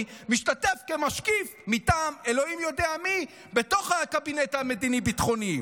משתתף כמשקיף מטעם אלוהים-יודע-מי בתוך הקבינט המדיני-ביטחוני.